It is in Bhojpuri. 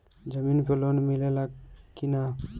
जमीन पे लोन मिले ला की ना?